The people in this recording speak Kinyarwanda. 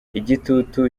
igitutu